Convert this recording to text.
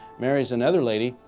marries another lady,